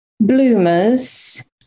bloomers